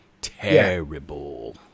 Terrible